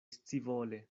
scivole